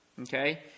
Okay